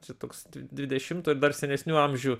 čia toks dvidešimto ir dar senesnių amžių